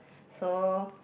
so